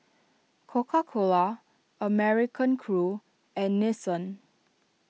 Coca Cola American Crew and Nixon